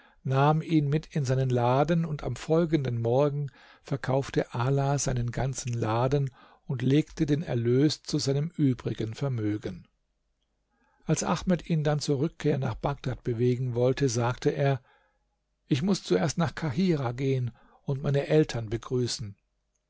nahm ihn mit in seinen laden und am folgenden morgen verkaufte ala seinen ganzen laden und legte den erlös zu seinem übrigen vermögen als ahmed ihn dann zur rückkehr nach bagdad bewegen wollte sagte er ich muß zuerst nach kahirah gehen und meine eltern begrüßen